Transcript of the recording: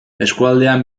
eskualdean